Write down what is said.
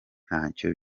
ntacyo